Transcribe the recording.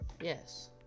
Yes